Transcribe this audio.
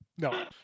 No